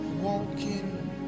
walking